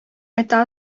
это